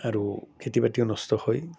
আৰু খেতি বাতিও নষ্ট হয়